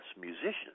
musicians